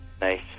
Nice